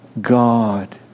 God